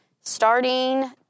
starting